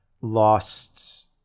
lost